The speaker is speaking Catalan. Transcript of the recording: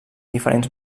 diferents